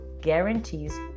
guarantees